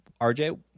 RJ